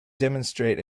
demonstrate